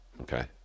Okay